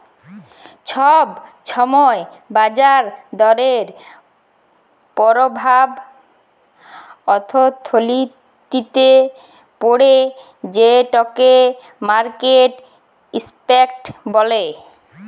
ছব ছময় বাজার দরের পরভাব অথ্থলিতিতে পড়ে যেটকে মার্কেট ইম্প্যাক্ট ব্যলে